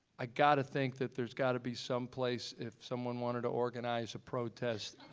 i've got to think that there's got to be some place if someone wanted to organize a protest.